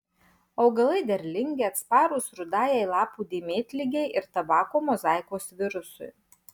augalai derlingi atsparūs rudajai lapų dėmėtligei ir tabako mozaikos virusui